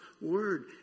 word